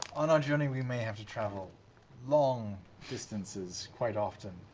on our journey, we may have to travel long distances quite often.